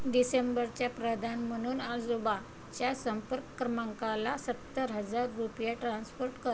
डिसेंबरचे प्रदान म्हणून आजोबाच्या संपर्क क्रमांकाला सत्तर हजार रुपये ट्रान्सपोर्ट करा